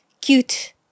cute